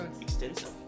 extensive